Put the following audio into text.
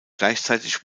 gleichzeitig